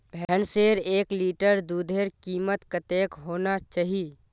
भैंसेर एक लीटर दूधेर कीमत कतेक होना चही?